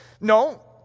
No